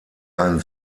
ein